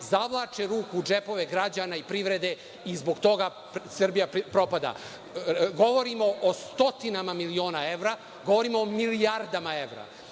zavlače ruku u džepove građana i privrede i zbog toga Srbija propada. Govorimo o stotinama miliona evra, govorimo o milijardama evra.